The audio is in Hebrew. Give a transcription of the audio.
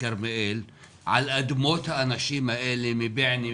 כרמיאל על אדמות האנשים האלה מבועיינה,